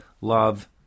love